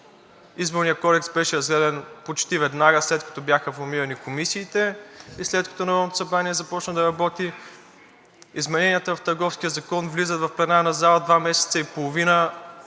Изборният кодекс беше разгледан почти веднага, след като бяха бламирани комисиите и след като Народното събрание започна да работи. Измененията в Търговския закон влизат в пленарната зала два месеца и половина,